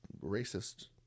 racist